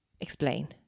explain